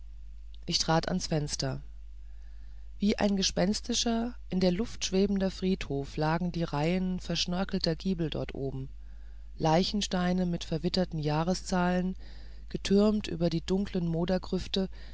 ich trat ans fenster wie ein gespenstischer in der luft schwebender friedhof lagen die reihen verschnörkelter giebel dort oben leichensteine mit verwitterten jahreszahlen getürmt über die dunklen